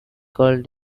called